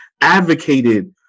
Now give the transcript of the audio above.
advocated